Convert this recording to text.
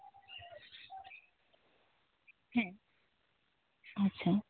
ᱦᱮᱸ ᱟᱪᱪᱷᱟ